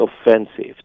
offensive